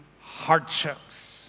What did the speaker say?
hardships